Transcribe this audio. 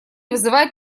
вызывает